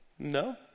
No